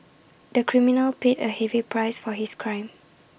the criminal paid A heavy price for his crime